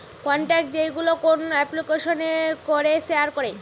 contact যেইগুলো কোন এপ্লিকেশানে করে শেয়ার করে